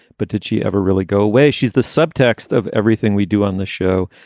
but did she ever really go away? she's the subtext of everything we do on the show.